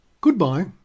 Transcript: Goodbye